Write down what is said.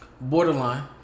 Borderline